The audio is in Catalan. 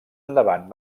endavant